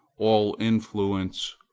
all influence,